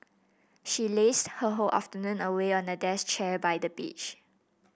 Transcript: she lazed her whole afternoon away on a deck chair by the beach